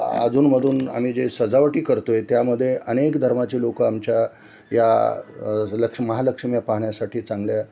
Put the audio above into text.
अधूनमधून आम्ही जे सजावटी करतो आहे त्यामध्ये अनेक धर्माचे लोक आमच्या या लक्ष् महालक्ष्मी पाहण्यासाठी चांगल्या